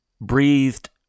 breathed